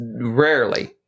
Rarely